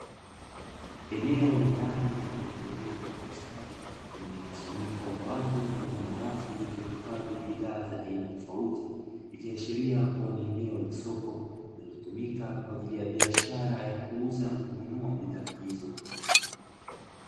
Eneo la ndani lililotengenezwa kwa ustadi lenye mkusanyiko wa watu pamoja na rafu zilizohifadhi bidhaa za aina tofauti, ikiashiria kuwa ni eneo la soko linalotumika kwa ajili ya biashara ya kuuza na kununua bidhaa hizo.